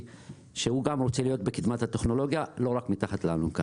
שגם רוצה להיות בקדמת הטכנולוגיה ולא רק מתחת לאלונקה.